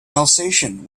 alsatian